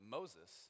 Moses